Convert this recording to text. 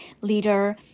leader